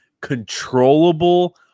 controllable